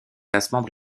classements